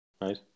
Right